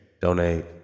donate